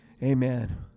Amen